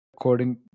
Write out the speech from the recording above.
coding